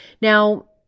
now